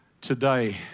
today